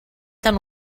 tan